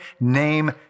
name